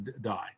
die